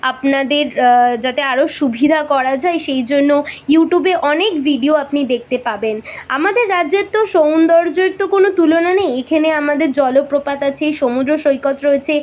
আপনাদের যাতে আরও সুবিধা করা যায় সেই জন্য ইউটিউবে অনেক ভিডিও আপনি দেখতে পাবেন আমাদের রাজ্যের তো সৌন্দর্যের তো কোনো তুলনা নেই এখেনে আমাদের জলপ্রপাত আছে সমুদ্র সৈকত রয়েছে